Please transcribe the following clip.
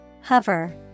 Hover